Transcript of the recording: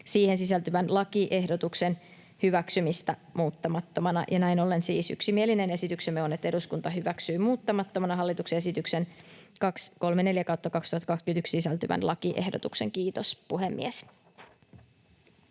siihen sisältyvän lakiehdotuksen hyväksymistä muuttamattomana. Näin ollen siis yksimielinen esityksemme on, että eduskunta hyväksyy muuttamattomana hallituksen esitykseen 234/2021 sisältyvän lakiehdotuksen. — Kiitos, puhemies.